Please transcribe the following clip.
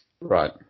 Right